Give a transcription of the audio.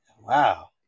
Wow